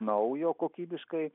naujo kokybiškai